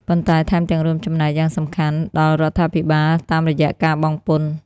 ប៉ុន្តែថែមទាំងរួមចំណែកយ៉ាងសំខាន់ដល់រដ្ឋាភិបាលតាមរយៈការបង់ពន្ធ។